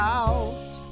out